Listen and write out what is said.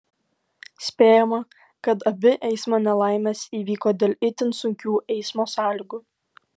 spėjama kad abi eismo nelaimės įvyko dėl itin sunkių eismo sąlygų